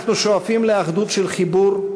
אנחנו שואפים לאחדות של חיבור,